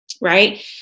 Right